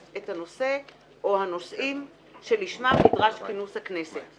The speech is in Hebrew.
את הנושא או הנושאים שלשמם נדרש כינוס הכנסת.